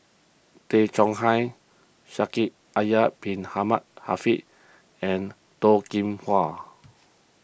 Tay Chong Hai Shaikh Yahya Bin Ahmed Afifi and Toh Kim Hwa